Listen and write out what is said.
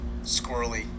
squirrely